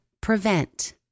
Prevent